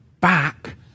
back